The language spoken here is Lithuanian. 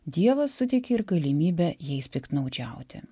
dievas suteikė ir galimybę jais piktnaudžiauti